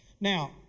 Now